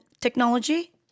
technology